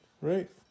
right